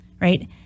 right